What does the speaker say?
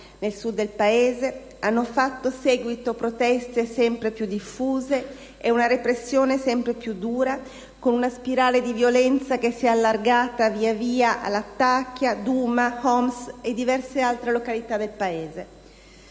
nel sud del Paese, hanno fatto seguito proteste sempre più diffuse e una repressione sempre più dura, con una spirale di violenza che si è allargata via via a Lattakia, Douma, Homs e diverse altre località del Paese.